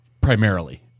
primarily